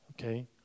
okay